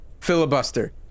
Filibuster